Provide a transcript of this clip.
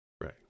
Right